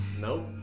Nope